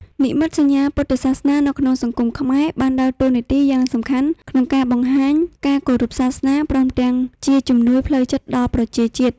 និមិត្តសញ្ញាពុទ្ធសាសនានៅក្នុងសង្គមខ្មែរ បានដើរតួនាទីយ៉ាងសំខាន់ក្នុងការបង្ហាញការគោរពសាសនា ព្រមទាំងជាជំនួយផ្លូវចិត្តដល់ប្រជាជាតិ។